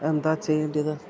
എന്താ ചെയ്യേണ്ടത്